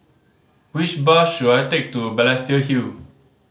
which bus should I take to Balestier Hill